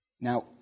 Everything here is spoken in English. Now